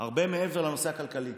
הרבה מעבר לנושא הכלכלי.